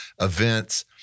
events